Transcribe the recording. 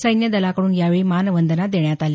सैन्यदलाकड्रन यावेळी मानवंदना देण्यात आली